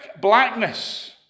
blackness